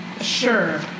Sure